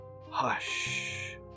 Hush